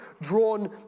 drawn